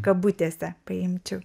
kabutėse paimčiau